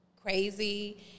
crazy